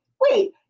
wait